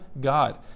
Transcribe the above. God